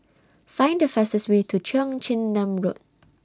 Find The fastest Way to Cheong Chin Nam Road